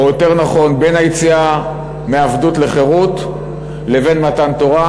או יותר נכון: בין היציאה מעבדות לחירות לבין מתן תורה,